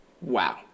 Wow